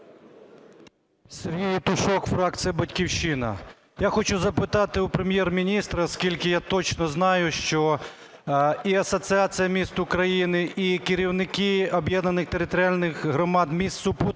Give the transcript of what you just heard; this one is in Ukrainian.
Сергій Євтушок, фракція "Батьківщина". Я хочу запитати у Прем'єр-міністра, оскільки я точно знаю, що і Асоціація міст України, і керівники об'єднаних територіальних громад міст-супутників